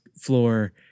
floor